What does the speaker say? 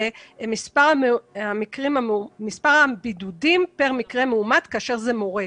מספר הבידודים פר מקרה מאומת כאשר זה מורה.